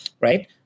right